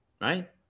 right